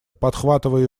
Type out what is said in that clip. подхватывая